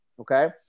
Okay